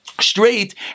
straight